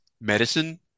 medicine